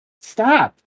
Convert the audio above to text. Stop